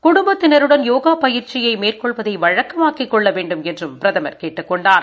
குடும்பத்தினருடன் யோகா பயிற்சியை மேற்கொள்வதை வழக்கமாக்கிக் கொள்ள வேண்டுமென்றும் பிரதம் கேட்டுக் கொண்டார்